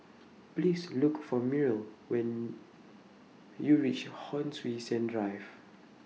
Please Look For Myrl when YOU REACH Hon Sui Sen Drive